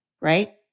right